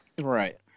Right